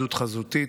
(היוועדות חזותית),